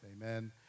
Amen